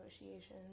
negotiations